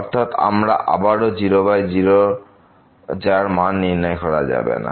অর্থাৎ আমরা আবার পাব 00 যার মান নির্ণয় করা যাবে না